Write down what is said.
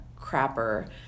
crapper